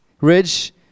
Ridge